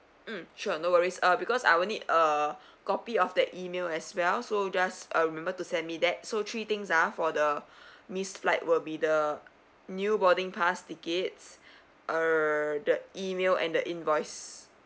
mm sure no worries uh because I will need a copy of the email as well so just uh remember to send me that so three things ah for the missed flight will be the new boarding pass tickets err the email and the invoice